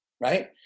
right